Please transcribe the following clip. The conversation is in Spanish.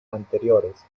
anteriores